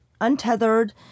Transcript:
untethered